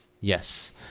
yes